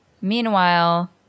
Meanwhile